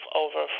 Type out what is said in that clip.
over